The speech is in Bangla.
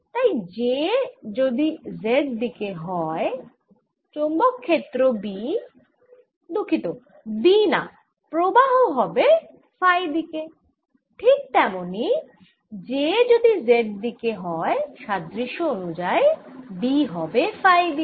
তাই j যদি z দিকে হয় চৌম্বক ক্ষেত্র B দুঃখিত B না প্রবাহ হবে ফাই দিকে ঠিক তেমনই j যদি z দিকে হয় সাদৃশ্য অনুযায়ি B হবে ফাই দিকে